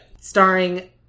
Starring